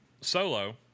solo